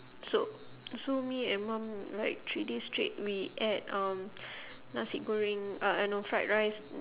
so so me and mum like three days straight we ate um nasi goreng uh uh no fried rice